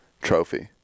trophy